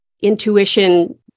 intuition